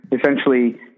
essentially